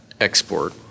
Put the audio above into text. export